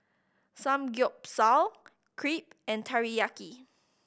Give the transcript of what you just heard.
Samgyeopsal Crepe and Teriyaki